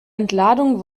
entladung